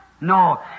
No